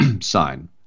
sign